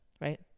right